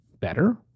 better